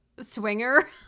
swinger